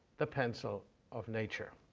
the pencil of nature.